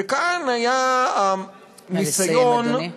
וכאן היה הניסיון, נא לסיים, אדוני.